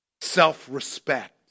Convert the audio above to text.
self-respect